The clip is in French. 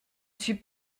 suis